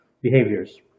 behaviors